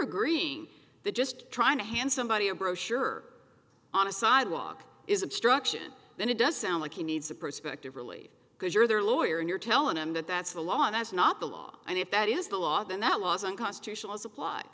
agreeing the just trying to hand somebody a brochure on a sidewalk is obstruction then it does sound like he needs a perspective really because you're their lawyer and you're telling them that that's the law and that's not the law and if that is the law then that law is unconstitutional as appl